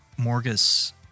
Morgus